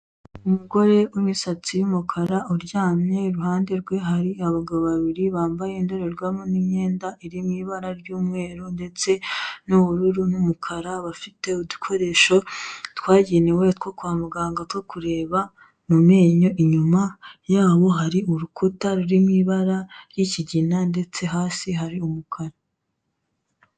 Umugore w'imisatsi y'umukara uryamye iruhande rwe hari abagabo babiri bambaye indorerwamo n'imyenda iri mu ibara ry'umweru ndetse, n'ubururu n'umukara bafite udukoresho, twagenewe two kwa muganga two kureba mu menyo, inyuma yabo hari urukuta ruri mu ibara ry'ikigina, ndetse hasi hari umukara.